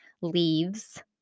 leaves